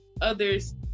others